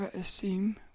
assume